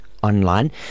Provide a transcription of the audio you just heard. online